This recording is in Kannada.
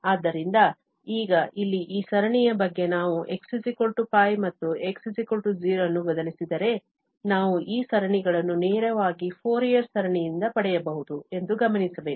ಆದ್ದರಿಂದ ಈಗ ಇಲ್ಲಿ ಈ ಸರಣಿಯ ಬಗ್ಗೆ ನಾವು x π ಮತ್ತು x 0 ಅನ್ನು ಬದಲಿಸಿದರೆ ನಾವು ಈ ಸರಣಿಗಳನ್ನು ನೇರವಾಗಿ ಫೋರಿಯರ್ ಸರಣಿಯಿಂದ ಪಡೆಯಬಹುದು ಎಂದು ಗಮನಿಸಬೇಕು